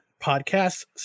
Podcasts